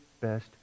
best